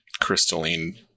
crystalline